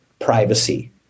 privacy